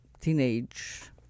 teenage